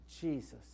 Jesus